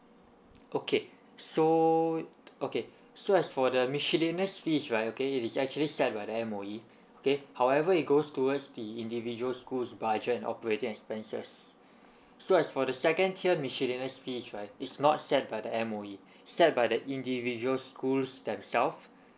okay so okay so as for the miscellaneous fees right okay it is actually set by the M_O_E okay however it goes towards the individual schools budget and operating expenses so as for the second tier miscellaneous fees right it's not set by the M_O_E set by the individual schools themselves